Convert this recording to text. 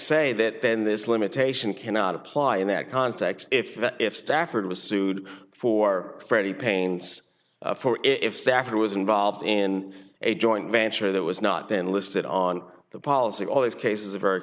say that then this limitation cannot apply in that context if if stafford was sued for freddie pains for if staffer was involved in a joint venture that was not then listed on the policy all these cases are very